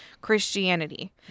Christianity